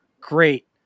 great